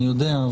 אני יודע,